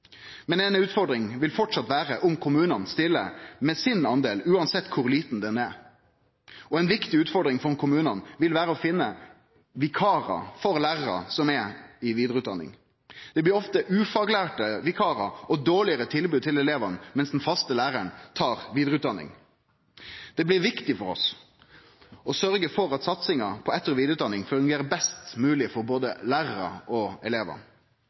Men ei utfordring vil framleis vere om kommunane stiller med sin del, uansett kor liten den er. Ei viktig utfordring for kommunane vil vere å finne vikarar for lærarar som er i vidareutdanning. Det blir ofte ufaglærte vikarar og dårlegare tilbod til elevane mens den faste læraren tar vidareutdanning. Det blir viktig for oss å sørgje for at satsinga på etter- og vidareutdanning fungerer best mogleg for både lærarar og elevar.